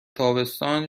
تابستان